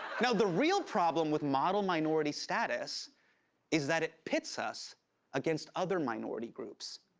now, the real problem with model minority status is that it pits us against other minority groups.